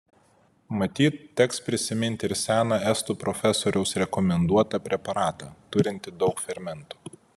matyt teks prisiminti ir seną estų profesoriaus rekomenduotą preparatą turintį daug fermentų